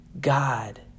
God